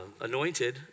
anointed